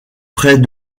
près